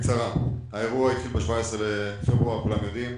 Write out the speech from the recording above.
האירוע התחיל ב-17 בפברואר, כולם יודעים.